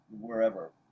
wherever